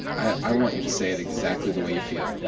i want you to say it exactly the way you feel yeah